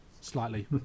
Slightly